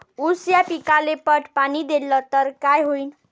ऊस या पिकाले पट पाणी देल्ल तर काय होईन?